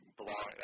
belong